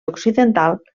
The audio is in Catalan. occidental